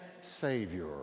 savior